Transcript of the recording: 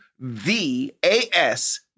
V-A-S